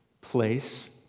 place